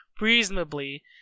reasonably